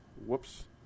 whoops